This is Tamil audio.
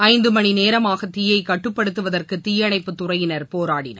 ஐந்து மணிநேரமாக தீயை கட்டுப்படுத்துவதற்கு தீயணைப்புத் துறையினர் போராடினர்